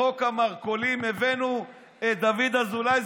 בחוק המרכולים הבאנו את דוד אזולאי,